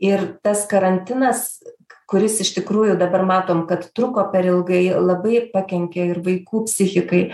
ir tas karantinas kuris iš tikrųjų dabar matom kad truko per ilgai labai pakenkė ir vaikų psichikai